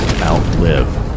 outlive